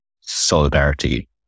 solidarity